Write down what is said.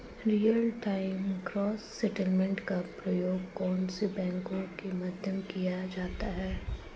Real time gross settlement का प्रयोग कौन से बैंकों के मध्य किया जाता है?